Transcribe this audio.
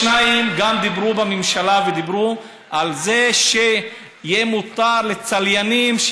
2. דיברו בממשלה על זה שיהיה מותר לצליינים,